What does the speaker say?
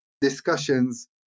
discussions